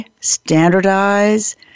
standardize